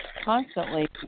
constantly